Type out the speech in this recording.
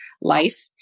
life